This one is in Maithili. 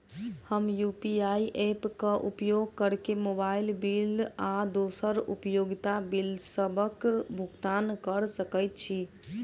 हम यू.पी.आई ऐप क उपयोग करके मोबाइल बिल आ दोसर उपयोगिता बिलसबक भुगतान कर सकइत छि